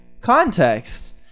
Context